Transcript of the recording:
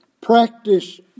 practice